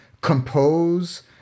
compose